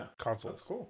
consoles